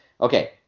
okay